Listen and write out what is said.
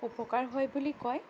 উপকাৰ হয় বুলি কয়